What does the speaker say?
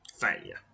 Failure